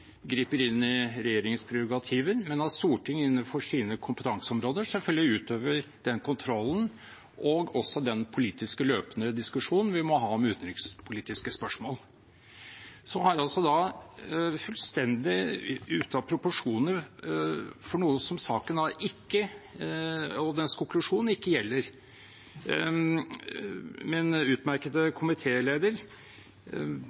griper inn i regjeringens prerogativer, men at Stortinget innenfor sine kompetanseområder selvfølgelig utøver den kontrollen og også den politisk løpende diskusjonen vi må ha om utenrikspolitiske spørsmål. Så har da, fullstendig ute av proporsjoner for noe som saken og dens konklusjon ikke gjelder, min ellers utmerkede